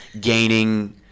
gaining